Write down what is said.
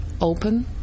open